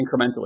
incrementally